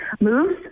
moves